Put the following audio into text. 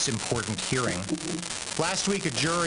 שבועות נעשה פשע נורא ואנחנו יודעים שהפושע שמאחורי